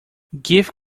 give